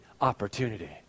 opportunity